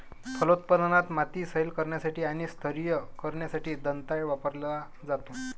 फलोत्पादनात, माती सैल करण्यासाठी आणि स्तरीय करण्यासाठी दंताळे वापरला जातो